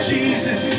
Jesus